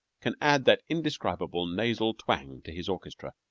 can add that indescribable nasal twang to his orchestra.